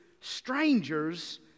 strangers